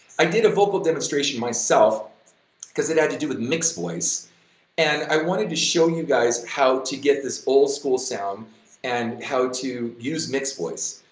i did a vocal demonstration myself coz it had to do with mixed voice and i wanted to show you guys how to get this old-school sound and how to use mixed voice.